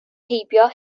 heibio